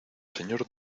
señor